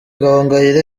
gahongayire